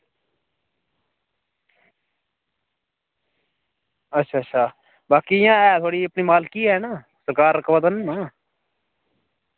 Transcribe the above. अच्छा अच्छा बाकी इ'यां ऐ थुआढ़ी अपनी मालकी ऐ ना सरकार ते निं ना